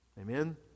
Amen